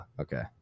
Okay